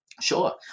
Sure